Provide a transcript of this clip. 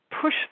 push